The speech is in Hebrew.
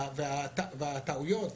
הטעויות,